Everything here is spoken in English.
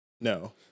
no